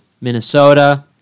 Minnesota